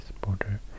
border